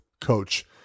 coach